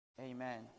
Amen